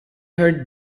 her